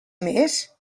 més